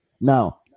Now